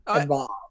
involved